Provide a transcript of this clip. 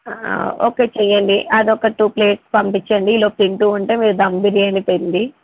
ఒకటి చేయండి అది ఒక టూ ప్లేట్స్ పంపించండి ఈ లోపు తింటు ఉంటే మీరు దమ్ బిర్యానీ తెండి